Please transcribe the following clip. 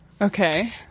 Okay